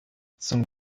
zum